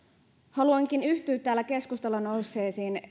haluankin yhtyä täällä keskustelussa esiin nousseisiin